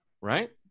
right